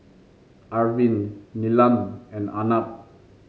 Arvind Neelam and Arnab